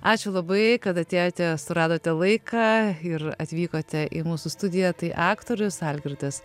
ačiū labai kad atėjote suradote laiką ir atvykote į mūsų studiją tai aktorius algirdas